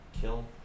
kill